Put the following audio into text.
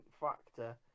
factor